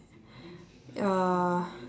uh